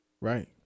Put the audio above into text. Right